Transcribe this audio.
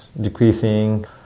decreasing